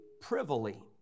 privily